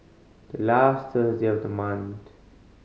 the last Thursday of the month